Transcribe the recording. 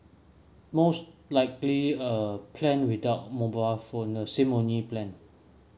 most likely a plan without mobile phone a SIM only plan